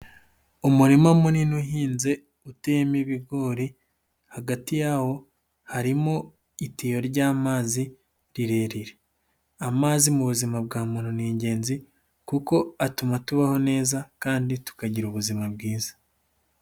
Umurima munini uhinze uteyemo ibigori hagati yawo harimo itiyo ry'amazi rirerire. Amazi mu buzima bwa muntu ni ingenzi, kuko atuma tubaho neza kandi tukagira ubuzima bwiza.